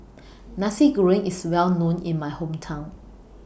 Nasi Goreng IS Well known in My Hometown